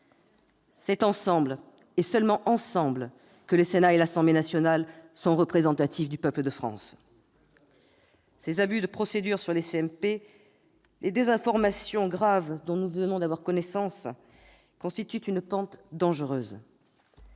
C'est ensemble, et seulement ensemble, que le Sénat et l'Assemblée nationale sont représentatifs du peuple de France. Très bien ! Ces abus de procédure sur les CMP, les désinformations graves dont nous venons d'avoir connaissance constituent une pente dangereuse.